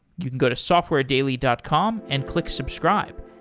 you can go to softwaredaily dot com and click subscribe